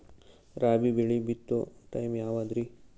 ರಾಬಿ ಬೆಳಿ ಬಿತ್ತೋ ಟೈಮ್ ಯಾವದ್ರಿ?